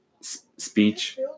speech